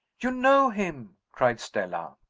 you know him! cried stella.